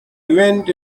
event